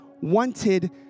wanted